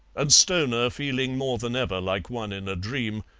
and stoner, feeling more than ever like one in a dream,